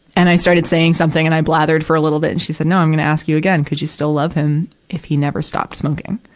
and i started saying something and i blathered for a little bit, and she said, no, i'm gonna ask you again. could you still love him, if he never stopped smoking?